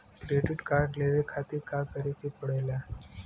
Credit card लेवे खातिर का करे के पड़ेला?